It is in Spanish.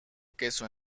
queso